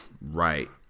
Right